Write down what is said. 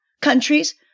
countries